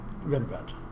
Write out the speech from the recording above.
Rembrandt